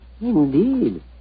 Indeed